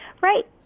Right